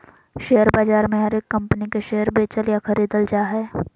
share बाजार मे हरेक कम्पनी के शेयर बेचल या खरीदल जा हय